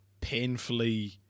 painfully